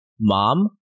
mom